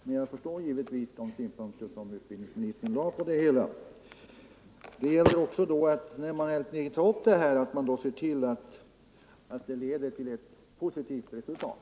Men jag förstår givetvis de synpunkter som utbildnings = ningen av statens ministern lade på det hela. kulturråd När man tar upp den här frågan till utredning gäller det också att se till att man får ett positivt resultat.